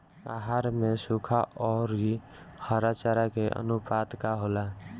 आहार में सुखा औरी हरा चारा के आनुपात का होला?